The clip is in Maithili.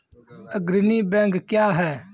अग्रणी बैंक क्या हैं?